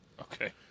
Okay